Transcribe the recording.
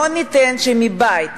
לא ניתן שמבית,